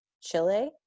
Chile